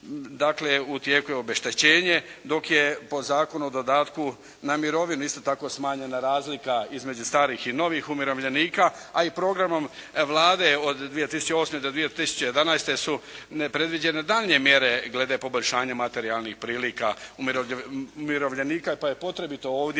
Dakle, u tijeku je obeštećenje dok je po Zakonu o dodatku na mirovinu isto tako smanjena razlika između starih i novih umirovljenika, a i programom Vlade od 2008. do 2011. su nepredviđene daljnje mjere glede poboljšanja materijalnih prilika umirovljenika, pa je potrebito ovdje